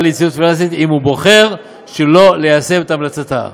ליציבות פיננסית אם הוא בוחר שלא ליישם את המלצתה.